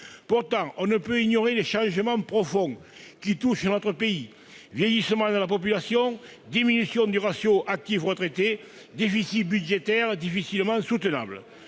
Pourtant, on ne peut ignorer les changements profonds qui touchent notre pays : le vieillissement de la population, la diminution du ratio entre actifs et retraités, ou encore des déficits budgétaires difficilement soutenables.